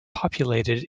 populated